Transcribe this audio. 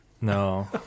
No